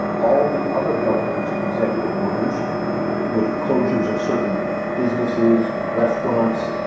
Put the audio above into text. all the other governor's executive orders with closures of certain businesses, restaurants,